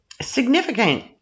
Significant